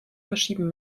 verschieben